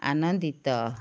ଆନନ୍ଦିତ